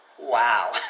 wow